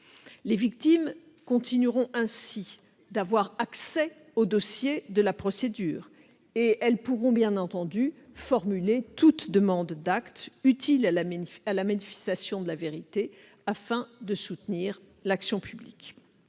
Les victimes continueront ainsi d'avoir accès au dossier de la procédure et, bien entendu, elles pourront formuler toute demande d'acte utile à la manifestation de la vérité afin de soutenir l'action publique.